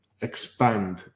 expand